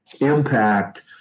impact